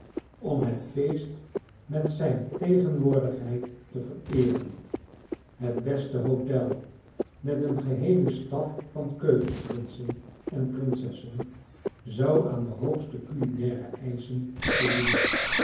om het feest met zijn t egen wo or digdigheid te vereeren het beste hotel met een geheelen staf van keukenprinsen en prinsessen zou aan de hoogste culinaire eischen voldoen